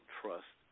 trust